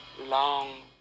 long